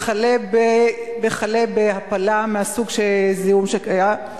וכלה בהפלה מסוג הזיהום שהיה.